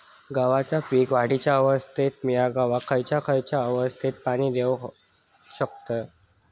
गव्हाच्या पीक वाढीच्या अवस्थेत मिया गव्हाक खैयचा खैयचा अवस्थेत पाणी देउक शकताव?